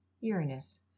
Uranus